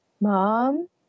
mom